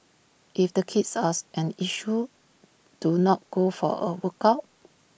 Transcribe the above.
if the kids are an issue to not go for A workout